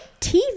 TV